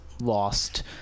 lost